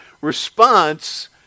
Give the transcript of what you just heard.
response